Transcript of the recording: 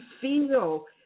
feel